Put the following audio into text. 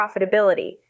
profitability